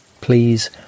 Please